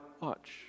watch